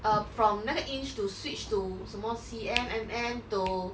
err from 那个 inch to switch to 什么 C_M M_M to